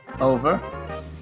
over